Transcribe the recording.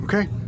Okay